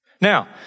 Now